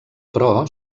però